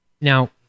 Now